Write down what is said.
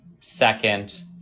second